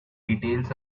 details